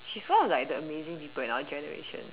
she's one of like the amazing people in our generation